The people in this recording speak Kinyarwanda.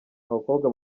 abakobwa